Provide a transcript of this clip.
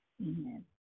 Amen